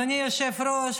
אדוני היושב-ראש,